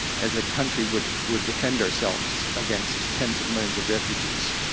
as a country, would would defend ourselves against ten s of millions of refugees.